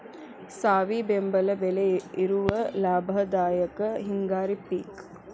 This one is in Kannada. ಸಾವಿ ಬೆಂಬಲ ಬೆಲೆ ಇರುವ ಲಾಭದಾಯಕ ಹಿಂಗಾರಿ ಪಿಕ್